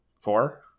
Four